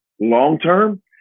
long-term